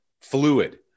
fluid